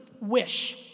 Wish